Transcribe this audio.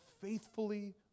faithfully